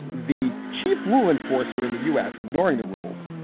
the chief rule enforcer in the u s. ignoring the rules.